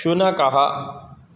शुनकः